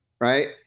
Right